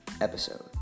episode